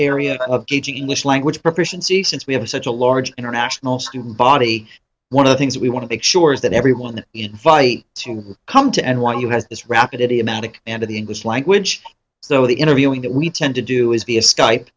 area of teaching english language proficiency since we have such a large international student body one of the things we want to make sure is that everyone invite to come to n y u has this rapid idiomatic and of the english language so the interviewing that we tend to do is